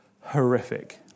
horrific